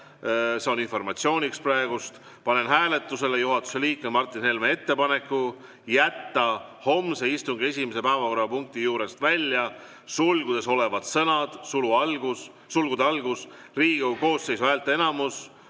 See on informatsiooniks praegu: "Panen hääletusele juhatuse liikme Martin Helme ettepaneku jätta homse istungi esimese päevakorrapunkti juurest välja sulgudes olevad sõnad "Riigikogu koosseisu häälteenamus".